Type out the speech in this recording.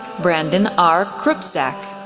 brandon r. krupczak,